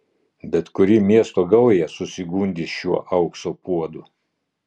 bet kuri miesto gauja susigundys šiuo aukso puodu